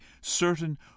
certain